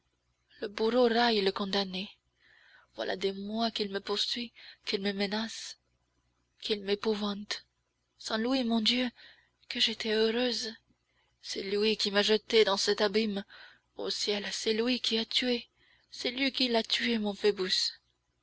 le bourreau raille le condamné voilà des mois qu'il me poursuit qu'il me menace qu'il m'épouvante sans lui mon dieu que j'étais heureuse c'est lui qui m'a jetée dans cet abîme ô ciel c'est lui qui a tué c'est lui qui l'a tué mon